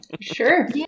Sure